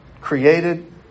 created